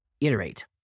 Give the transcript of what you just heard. iterate